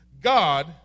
God